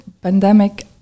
pandemic